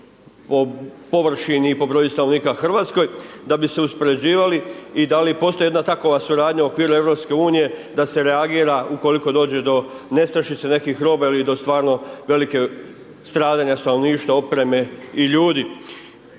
površini i borju stanovnika Hrvatskoj, da bi se uspoređivali i da li postoji jedna takova suradnja u okviru EU, da se reagira ukoliko dođe do nestašica nekih roba ili do stvarno velikih stradanja stanovništva, opreme i ljudi.